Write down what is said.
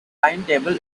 timetable